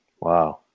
Wow